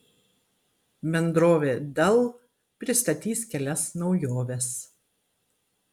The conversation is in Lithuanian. bendrovė dell pristatys kelias naujoves